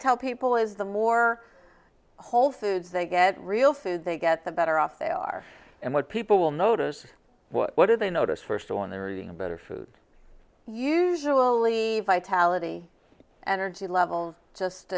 tell people is the more whole foods they get real food they get the better off they are and what people will notice what do they notice first on their eating a better food usually vitality and energy level just